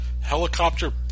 Helicopter